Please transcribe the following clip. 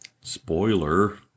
Spoiler